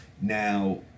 Now